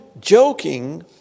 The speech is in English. joking